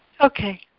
Okay